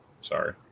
Sorry